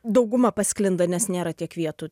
dauguma pasklinda nes nėra tiek vietų